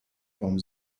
form